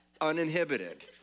uninhibited